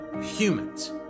humans